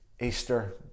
Easter